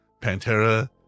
Pantera